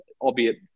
albeit